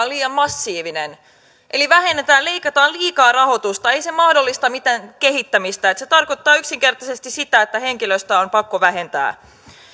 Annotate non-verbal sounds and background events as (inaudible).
(unintelligible) liian massiivinen eli vähennetään leikataan liikaa rahoitusta ei se mahdollista mitään kehittämistä se tarkoittaa yksinkertaisesti sitä että henkilöstöä on pakko vähentää